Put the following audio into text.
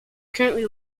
currently